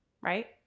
right